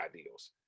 ideals